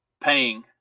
paying